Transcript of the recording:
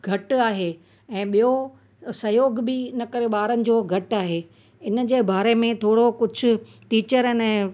घटि आहे ऐं ॿियो सहयोगु बि इनकरे ॿारनि जो घटि आहे इनजे बारे में थोरो कुझु टीचरुनि ऐं